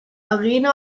arena